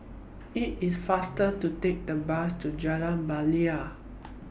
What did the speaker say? IT IS faster to Take The Bus to Jalan Bilal